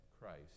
Christ